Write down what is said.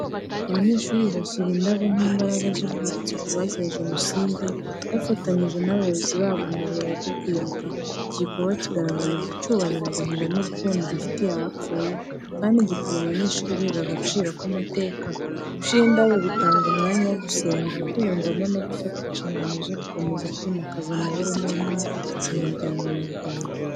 Abanyeshuri bashyira indabo nk’imbaraga z’urwibutso ku bazize Jenoside, bafatanyije n’abayobozi babo mu birori byo kwibuka. Iki gikorwa kigaragaza icyubahiro, agahinda n’urukundo bafitiye abapfuye, kandi gituma abanyeshuri biga agaciro k’amateka. Gushyira indabo bitanga umwanya wo gusenga, kwiyumvamo no gufata inshingano zo gukomeza kwimakaza amahoro n’ubumwe mu muryango nyarwanda.